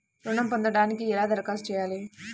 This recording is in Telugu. ఋణం పొందటానికి ఎలా దరఖాస్తు చేయాలి?